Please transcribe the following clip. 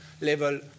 level